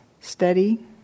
steady